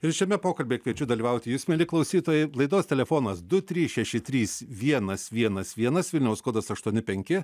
ir šiame pokalbyje kviečiu dalyvauti jus mieli klausytojai laidos telefonas du trys šeši trys vienas vienas vienas vilniaus kodas aštuoni penki